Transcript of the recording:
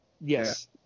Yes